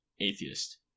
atheist